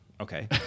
okay